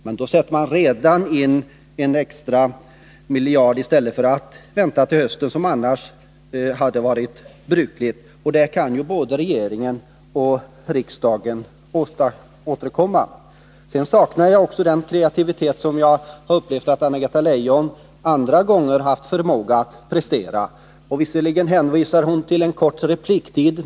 Men man vill redan nu sätta in en extra miljard, i stället för att, som annars hade varit normalt, vänta till hösten, då både regeringen och riksdagen kan återkomma. Jag saknar också den kreativitet som jag har upplevt att Anna-Greta Leijon andra gånger haft förmåga att prestera. Visserligen hänvisar hon till en kort repliktid.